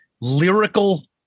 lyrical